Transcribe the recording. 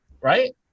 right